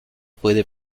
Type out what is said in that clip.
puede